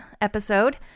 episode